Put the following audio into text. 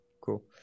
cool